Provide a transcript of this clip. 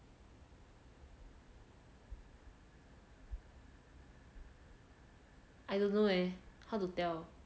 I don't know leh how to tell